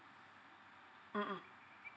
mmhmm